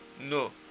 No